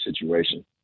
situation